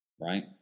right